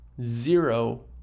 zero